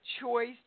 choice